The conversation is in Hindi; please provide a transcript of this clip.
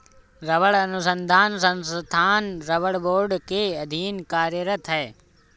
रबड़ अनुसंधान संस्थान रबड़ बोर्ड के अधीन कार्यरत है